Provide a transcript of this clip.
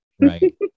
Right